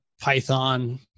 Python